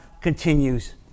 continues